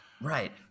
Right